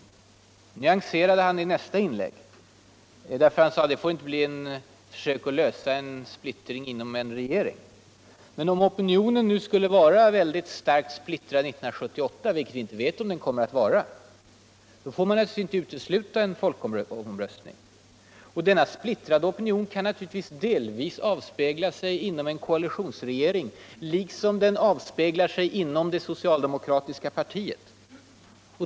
Det uttalandet nyanserade han i nästa inkigg och sade att det inte får bli e försök att löså en konflikt inom en regering. Men om opinionen nu skulle vara väldiet starkt splittrad 1978, om vilket vi inte vet nägonting, får man nauturligtvis inte utesluta en folkomröstning. Och denna splittrade opinion kan naturligtvis delvis avspegla sig inom en koalitionsregering. liksom den gör det inom det soctialdemokratiska partiet.